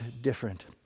different